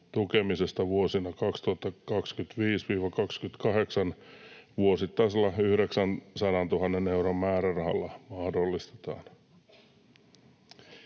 tukemisesta vuosina 2025—28 vuosittaisella 900 000 euron määrärahalla mahdollistetaan.